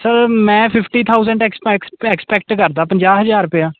sir ਮੈਂ fifty thousand ex expect ਕਰਦਾ ਪੰਜਾਹ ਹਜਾਰ ਰੁਪਿਆ